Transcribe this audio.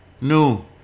No